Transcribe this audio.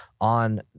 on